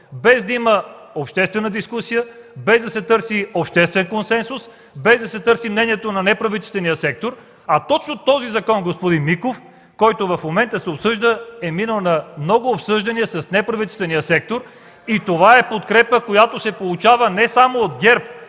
без обществена дискусия, без да се търси обществен консенсус, без да се търси мнението на неправителствения сектор. Точно този закон, господин Миков, който в момента се обсъжда, е минал на много обсъждания с неправителствения сектор и това е подкрепа, получена не само за ГЕРБ.